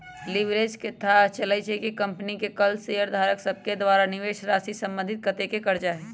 leverage से थाह चलइ छइ कि कंपनी के लग शेयरधारक सभके द्वारा निवेशराशि संबंधित कतेक करजा हइ